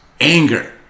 anger